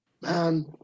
man